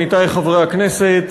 עמיתי חברי הכנסת,